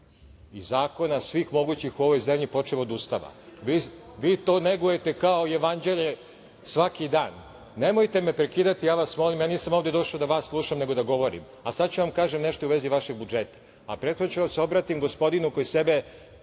i zakona svih mogućih u ovoj zemlji, počev od Ustava. Vi to negujete kao jevanđelje svaki dan. Nemojte me prekidati, ja vas molim. Ja nisam došao ovde da vas slušam, nego da govorim. Sad ću da vam kažem nešto u vezi vašeg budžeta. Prethodno ću da se obratim gospodinu koji se